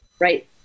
right